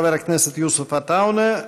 חבר הכנסת יוסף עטאונה,